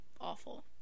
awful